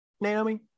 Naomi